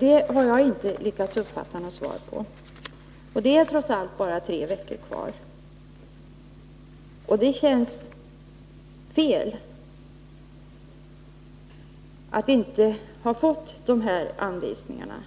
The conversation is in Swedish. Jag har inte lyckats uppfatta något svar på den frågan, och det är trots allt bara tre veckor kvar till den 1 juni. Det känns fel att inte ha fått några anvisningar.